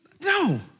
No